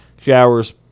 showers